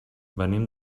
venim